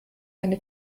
eine